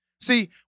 See